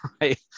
right